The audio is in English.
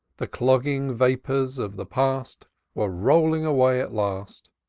the clogging vapors of the past were rolling away at last.